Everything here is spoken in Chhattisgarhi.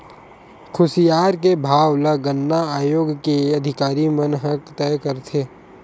खुसियार के भाव ल गन्ना आयोग के अधिकारी मन ह तय करथे